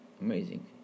Amazing